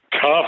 Tough